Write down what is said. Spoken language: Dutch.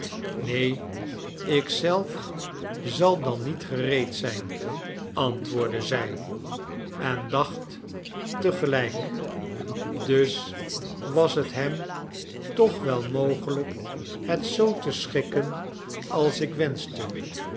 neen ik zelf zal dan niet gereed zijn antwoordde zij en dacht te gelijk dus was het hem toch wel mogelijk het zoo te schikken als ik